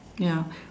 ya